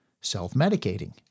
self-medicating